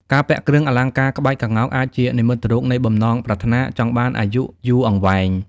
ការពាក់គ្រឿងអលង្ការក្បាច់ក្ងោកអាចជានិមិត្តរូបនៃបំណងប្រាថ្នាចង់បានជីវិតយូរអង្វែង។